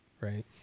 Right